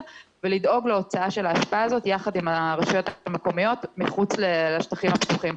ולדאוג להוצאה של האשפה הזאת יחד עם הרשויות המקומיות מחוץ לשטחים הפתוחים.